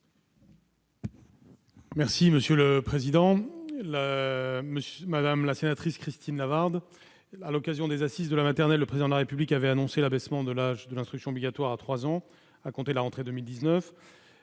est à M. le ministre. Madame la sénatrice Christine Lavarde, à l'occasion des Assises de la maternelle, le Président de la République avait annoncé l'abaissement de l'âge de l'instruction obligatoire à 3 ans à compter de la rentrée de 2019.